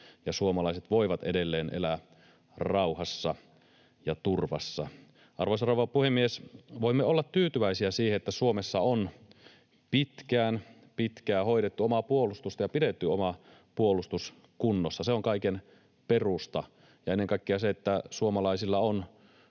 suomalaiset voivat edelleen elää rauhassa ja turvassa. Arvoisa rouva puhemies! Voimme olla tyytyväisiä siihen, että Suomessa on pitkään, pitkään hoidettu omaa puolustusta ja pidetty oma puolustus kunnossa. Se on kaiken perusta, ja ennen kaikkea se, että suomalaisilla on